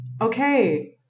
Okay